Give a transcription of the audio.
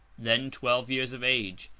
then twelve years of age,